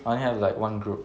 I only have like one group